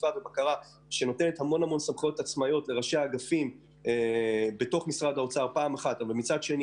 ונותנים המון סמכויות לראשי האגפים בתוך המשרד אבל מצד שני